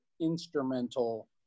instrumental